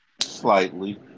Slightly